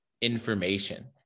information